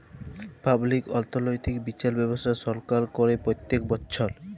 public অথ্থলৈতিক বিচার ব্যবস্থা ছরকার ক্যরে প্যত্তেক বচ্ছর